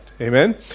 Amen